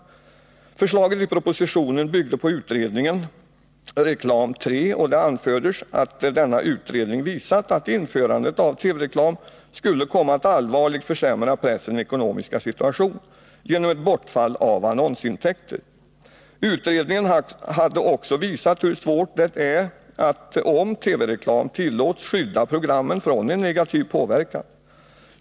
Förslaget i propositionen byggde på utredningen Reklam III, och det anfördes att denna utredning visat att införandet av TV-reklam skulle komma att allvarligt försämra pressens ekonomiska situation genom ett bortfall av annonsintäkter. Utredningen hade också visat hur svårt det är att, om TV-reklam tillåts, skydda programmen för en negativ påverkan.